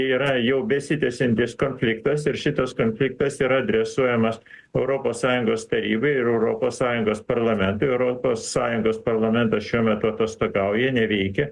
yra jau besitęsiantis konfliktas ir šitas konfliktas yra adresuojamas europos sąjungos tarybai ir europos sąjungos parlamentui ir europos sąjungos parlamentas šiuo metu atostogauja neveikia